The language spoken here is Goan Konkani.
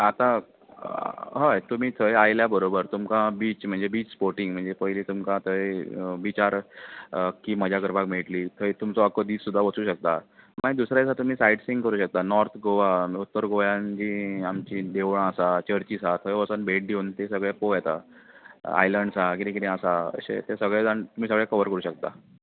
आतां हय तुमी थंय आयल्या बरोबर तुमका बीच म्हणल्यार बोटिंग पयली थंय बिचार मजा करपाक मेळटली थंय तुमचो अख्खो दीस सुद्दां वचूं शकता मागीर दुसरें दिसा तुमी साइट सियींग करूं शकता नोर्त गोवा उत्तर गोयांत जी आमची देवळां आसा चर्चीस आसा थंय वचून भेट दिवन ते सगळें पोंव येता आयलेंड्स आसा कितें कितें आहा अशे सगळें तुमी कवर करूंक शकता